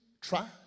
try